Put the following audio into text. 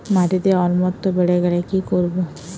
মাটিতে অম্লত্ব বেড়েগেলে কি করব?